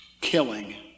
killing